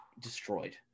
Destroyed